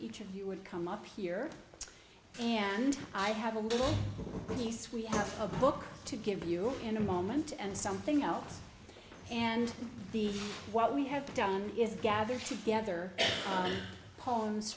each of you would come up here and i have a little piece we have a book to give you in a moment and something else and the what we have done is gather together poems